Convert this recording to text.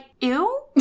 ew